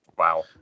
Wow